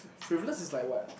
previously is like what